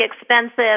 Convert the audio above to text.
expensive